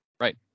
right